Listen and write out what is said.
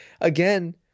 again